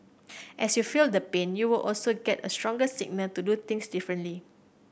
as you feel the pain you will also get a stronger signal to do things differently